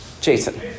Jason